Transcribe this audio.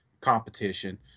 competition